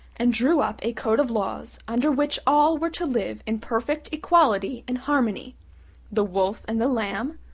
and drew up a code of laws under which all were to live in perfect equality and harmony the wolf and the lamb,